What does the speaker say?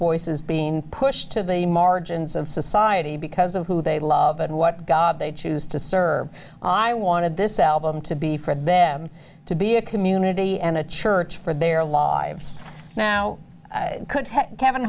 voices being pushed to the margins of society because of who they love and what god they choose to serve i wanted this album to be for them to be a community and a church for their lives now could kevin